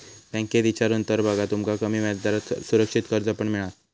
बँकेत इचारून तर बघा, तुमका कमी व्याजदरात सुरक्षित कर्ज पण मिळात